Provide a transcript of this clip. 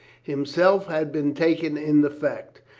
himself had been taken in the fact.